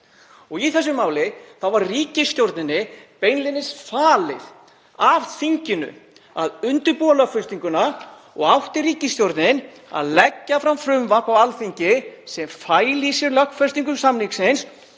Í þessu máli var ríkisstjórninni beinlínis falið af þinginu að undirbúa lögfestinguna og átti ríkisstjórnin að leggja fram frumvarp á Alþingi sem fæli í sér lögfestingu samningsins